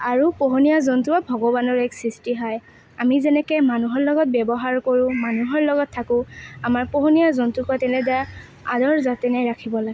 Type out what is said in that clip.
আৰু পোহনীয়া জন্তুও ভগৱানৰ এক সৃষ্টি হয় আমি যেনেকৈ মানুহৰ লগত ব্যৱহাৰ কৰোঁ মানুহৰ লগত থাকোঁ আমাৰ পোহনীয়া জন্তুকো তেনেদৰে আদৰ যতনেৰে ৰাখিব লাগে